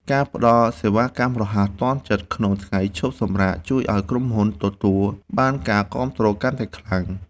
ការផ្តល់សេវាកម្មរហ័សទាន់ចិត្តក្នុងថ្ងៃឈប់សម្រាកជួយឱ្យក្រុមហ៊ុនទទួលបានការគាំទ្រកាន់តែខ្លាំង។